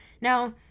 Now